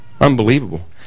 Unbelievable